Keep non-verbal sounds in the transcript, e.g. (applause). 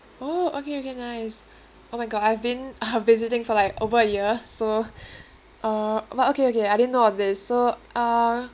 oh okay okay nice oh my god I've been (laughs) visiting for over a year so uh butt okay okay I didn't know of this so uh